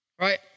right